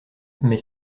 mais